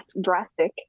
drastic